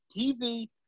TV